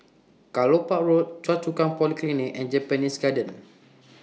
Kelopak Road Choa Chu Kang Polyclinic and Japanese Garden